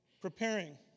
preparing